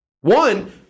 One